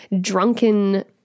drunken